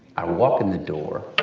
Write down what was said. i walk in the door,